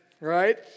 right